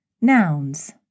Nouns